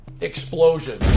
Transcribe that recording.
Explosion